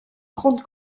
grande